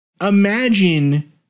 imagine